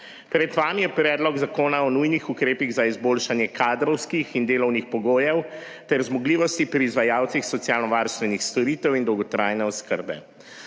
Pred vami je Predlog zakona o nujnih ukrepih za izboljšanje kadrovskih in delovnih pogojev ter zmogljivosti pri izvajalcih socialnovarstvenih storitev in dolgotrajne oskrbe.